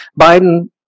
Biden